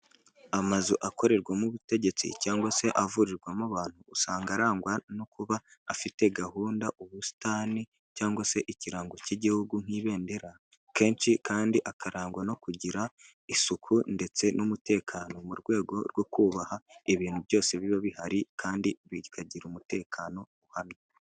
Amazu akorerwamo ubutegetsi cyangwa se avurirwamo abantu, usanga arangwa no kuba afite gahunda, ubusitani cyangwa se ikirango cy'igihugu nk'ibendera, akenshi kandi hakarangwa no kugira isuku ndetse n'umutekano mu rwego rwo kubaha ibintu byose biba bihari kandi bikagira umutekano uhamye.